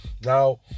Now